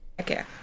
Okay